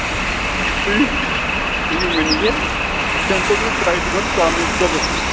تُہۍ تُہۍ یِیِو مےٚ نِش سٮ۪مپٕل کٔرِو ٹرٛاے تہِ گۄڈٕ ژامَن تہِ دۄدَس تہِ